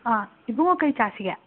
ꯑꯥ ꯏꯕꯨꯡꯉꯣ ꯀꯔꯤ ꯆꯥꯁꯤꯒꯦ